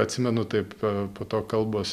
atsimenu taip po to kalbos